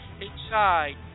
inside